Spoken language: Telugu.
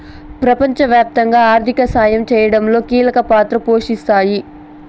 ప్రపంచవ్యాప్తంగా ఆర్థిక సాయం చేయడంలో కీలక పాత్ర పోషిస్తాయి